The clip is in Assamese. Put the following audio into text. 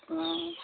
অঁ